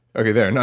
okay, there. and